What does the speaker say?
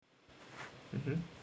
mmhmm